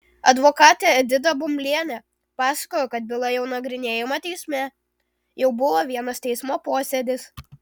advokatė edita bumblienė pasakojo kad byla jau nagrinėjama teisme jau buvo vienas teismo posėdis